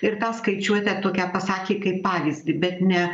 ir tą skaičiuotę tokią pasakė kaip pavyzdį bet ne